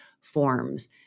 forms